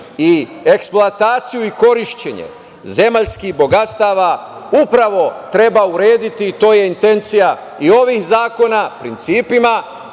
relacija. Eksploataciju i korišćenje zemaljskih bogatstava upravo treba urediti. To je intencija i ovih zakona, principima